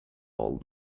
old